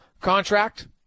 contract